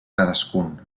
cadascun